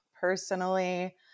personally